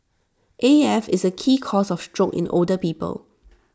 A F is A key cause of stroke in the older people